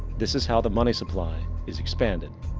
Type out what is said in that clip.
this is how the money supply is expanded.